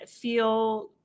feel